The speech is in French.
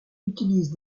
utilise